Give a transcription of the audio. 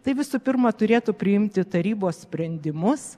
tai visų pirma turėtų priimti tarybos sprendimus